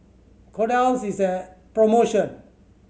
kordel's is on promotion